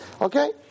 Okay